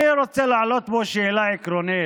אני רוצה להעלות פה שאלה עקרונית,